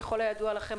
ככל הידוע לכם,